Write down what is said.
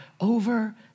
over